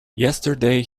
yesterday